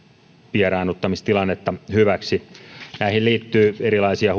vieraannuttamistilannetta hyväksi näihin liittyy erilaisia